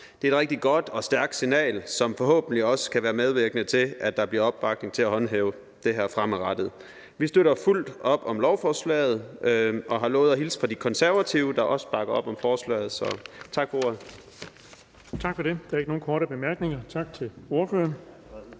Det er et rigtig godt og stærkt signal, som forhåbentlig også kan være medvirkende til, at der bliver opbakning til at håndhæve det her fremadrettet. Vi støtter fuldt op om lovforslaget – og vi har lovet at hilse fra De Konservative, der også bakker op om forslaget. Så tak for ordet. Kl. 17:42 Den fg. formand (Erling Bonnesen):